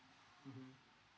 mmhmm